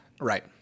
right